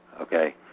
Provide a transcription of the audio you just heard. okay